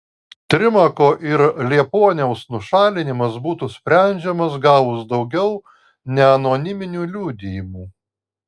trimako ir liepuoniaus nušalinimas būtų sprendžiamas gavus daugiau neanoniminių liudijimų